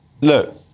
Look